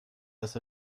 dass